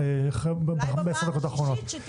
אולי בפעם השלישית.